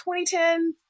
2010